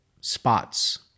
spots